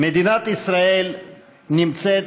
מדינת ישראל נמצאת,